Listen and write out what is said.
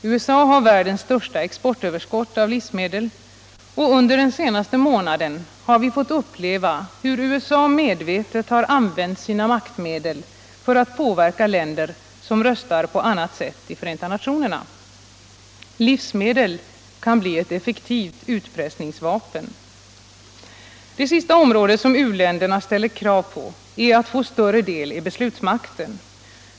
USA har världens största exportöverskott av livsmedel och under den senaste månaden har vi fått uppleva hur USA medvetet hotat använda sina maktmedel för att påverka länder som röstar emot deras intressen i Förenta nationerna. Livsmedel kan bli ett effektivt utpressningsvapen. Det sista område där u-länderna ställer krav är beslutsmaktens: de vill ha större del i den.